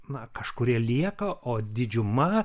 na kažkurie lieka o didžiuma